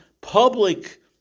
public